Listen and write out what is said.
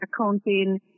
accounting